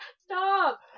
Stop